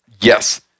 Yes